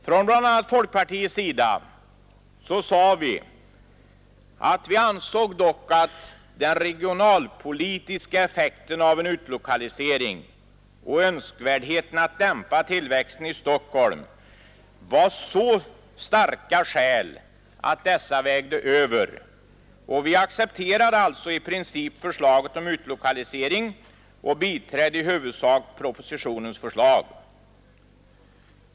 Från bl.a. folkpartiet sade vi att vi dock ansåg att den regionalpolitiska effekten av en utlokalisering och önskvärdheten av att dämpa tillväxten i Stockholm var så starka skäl för propositionens förslag att de vägde över. Vi accepterade alltså i princip förslaget om utlokalisering och biträdde i huvudsak propositionens förslag.